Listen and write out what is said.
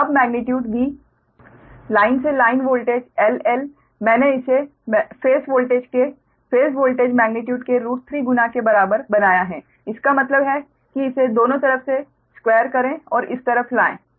तो अब magnitude V line से लाइन वोल्टेज L L मैंने इसे फेस वोल्टेज के फेस वोल्टेज मेग्नीट्यूड के √𝟑 गुना के बराबर बनाया है इसका मतलब है कि इसे दोनों तरफ से स्कवेर करें और इस तरफ लाएं